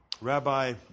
Rabbi